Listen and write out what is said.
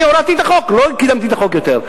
הנה, הורדתי את החוק, לא קידמתי את החוק יותר.